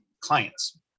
clients